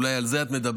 אולי על זה את מדברת.